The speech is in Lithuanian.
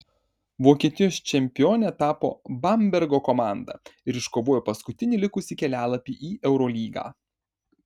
vokietijos čempione tapo bambergo komanda ir iškovojo paskutinį likusį kelialapį į eurolygą